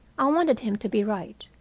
i wanted him to be right.